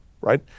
right